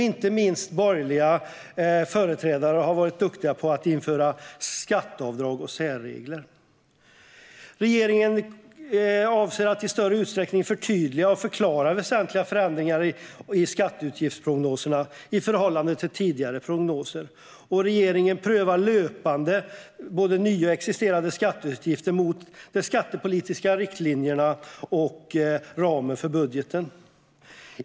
Inte minst borgerliga företrädare har varit duktiga på att införa skatteavdrag och särregler. Regeringen avser att i större utsträckning förtydliga och förklara väsentliga förändringar i skatteutgiftsprognoserna i förhållande till tidigare prognoser. Regeringen prövar löpande både nya och existerande skatteutgifter mot de skattepolitiska riktlinjerna och ramen för budgeten.